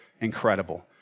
incredible